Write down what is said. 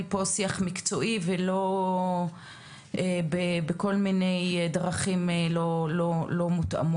פה שיח מקצועי ולא בכל מיני דרכים לא מותאמות.